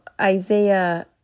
Isaiah